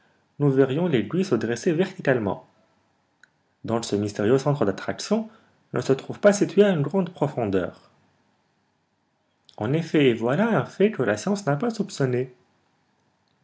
nous verrions l'aiguille se dresser verticalement donc ce mystérieux centre d'attraction ne se trouve pas situé à une grande profondeur en effet et voilà un fait que la science n'a pas soupçonné